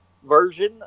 Version